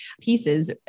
pieces